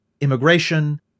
immigration